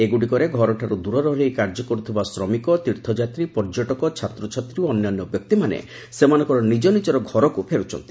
ଏଗୁଡ଼ିକରେ ଘରୁଠାରୁ ଦୂରରେ ରହି କାର୍ଯ୍ୟ କରୁଥିବା ଶ୍ରମିକ ତୀର୍ଥଯାତ୍ରୀ ପର୍ଯ୍ୟଟକ ଛାତ୍ରଛାତ୍ରୀ ଓ ଅନ୍ୟାନ୍ୟ ବ୍ୟକ୍ତିମାନେ ସେମାନଙ୍କର ନିଜନିକର ଘରକୁ ଫେରୁଛନ୍ତି